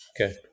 Okay